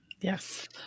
yes